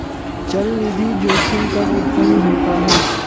चलनिधि जोखिम कब उत्पन्न होता है?